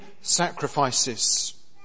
sacrifices